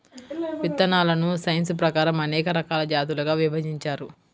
విత్తనాలను సైన్స్ ప్రకారం అనేక రకాల జాతులుగా విభజించారు